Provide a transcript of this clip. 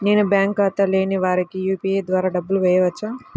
నేను బ్యాంక్ ఖాతా లేని వారికి యూ.పీ.ఐ ద్వారా డబ్బులు వేయచ్చా?